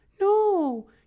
no